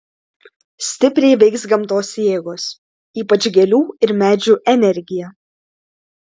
stipriai veiks gamtos jėgos ypač gėlių ir medžių energija